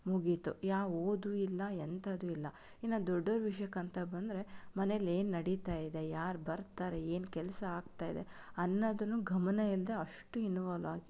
ಮುಗೀತು ಯಾವ ಓದೂ ಇಲ್ಲ ಎಂಥದೂ ಇಲ್ಲ ಇನ್ನು ದೊಡ್ಡವರ ವಿಷಯಕ್ಕಂತ ಬಂದರೆ ಮನೆಯಲ್ಲಿ ಏನು ನಡೀತಾ ಇದೆ ಯಾರು ಬರ್ತಾರೆ ಏನು ಕೆಲಸ ಆಗ್ತಾ ಇದೆ ಅನ್ನೋದನ್ನೂ ಗಮನ ಇಲ್ಲದೆ ಅಷ್ಟು ಇನ್ವಾಲ್ವ್ ಆಗಿ